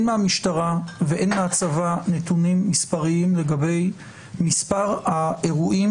מהמשטרה והן מהצבא נתונים מספריים לגבי מספר האירועים